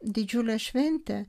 didžiulė šventė